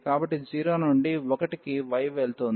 కాబట్టి 0 నుండి 1 కి y వెళుతుంది